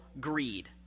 greed